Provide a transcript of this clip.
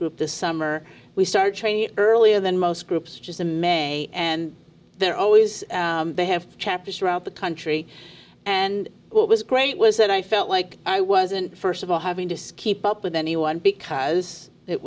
group this summer we started training earlier than most groups just a may and they're always they have chapters throughout the country and what was great was that i felt like i wasn't st of all having to skip up with anyone because